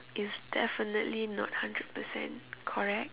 is definitely not hundred percent correct